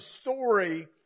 story